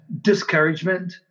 discouragement